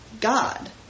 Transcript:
god